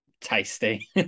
tasty